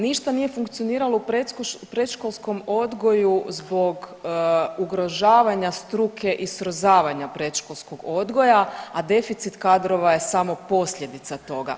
Ništa nije funkcioniralo u predškolskom odgoju zbog ugrožavanja struke i srozavanja predškolskog odgoja, a deficit kadrova je samo posljedica toga.